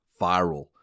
viral